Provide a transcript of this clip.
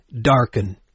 Darken